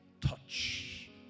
touch